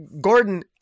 Gordon